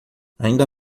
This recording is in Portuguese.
ainda